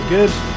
Good